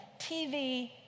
TV